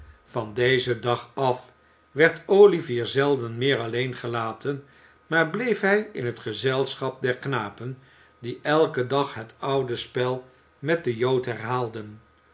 van dezen dag af werd olivier zelden meer alleen gelaten maar bleef hij in het gezelschap der knapen die eiken dag het oude spel met den jood herhaalden